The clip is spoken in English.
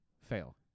Fail